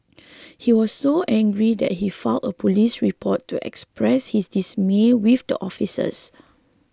he was so angry that he filed a police report to express his dismay with the officers